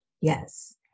Yes